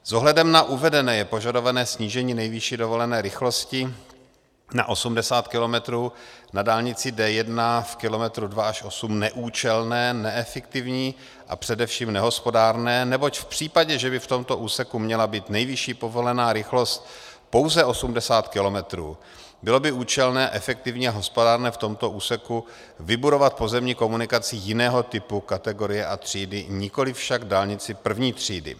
S ohledem na uvedené je požadované snížení nejvyšší dovolené rychlosti na 80 km na dálnici D1 v kilometru 2 až 8 neúčelné, neefektivní a především nehospodárné, neboť v případě, že by v tomto úseku měla být nejvyšší povolená rychlost pouze 80 km, bylo by účelné, efektivní a hospodárné v tomto úseku vybudovat pozemní komunikaci jiného typu, kategorie a třídy, nikoli však dálnici první třídy.